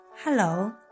Hello